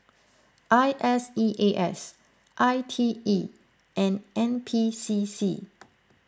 I S E A S I T E and N P C C